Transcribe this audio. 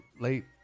late